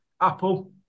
Apple